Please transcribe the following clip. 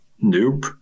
Nope